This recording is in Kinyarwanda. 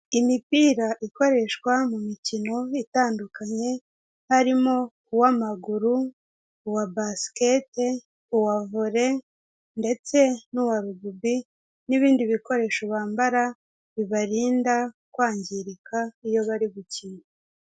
Imipira ikoreshwa mu mikino itandukanye, harimo uw'amaguru,, uwa basiketiboro, vore ndetse n'uwa rugubi n'ibindi bikoresho bambara bibarinda kwangirika iyo bari gukina.